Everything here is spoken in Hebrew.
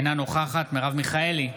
אינה נוכחת מרב מיכאלי,